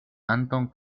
antón